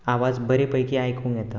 आवाज बरे पैकी आयकूंक येता